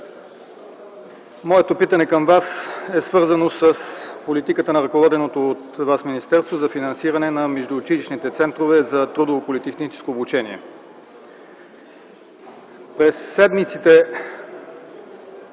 моето питане към Вас е свързано с политиката на ръководеното от Вас министерство за финансиране на междуучилищните центрове за трудово политехническо обучение. През седмиците